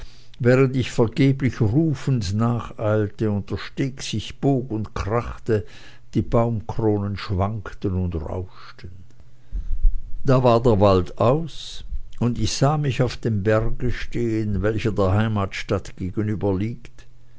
während ich vergeblich rufend nacheilte und der steg sich bog und krachte die baumkronen schwankten und rauschten da war der wald aus und ich sah mich auf dem berge stehen welcher der heimatstadt